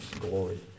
glory